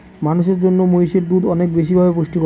মানুষের জন্য মহিষের দুধ অনেক বেশি ভাবে পুষ্টিকর